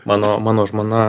mano mano žmona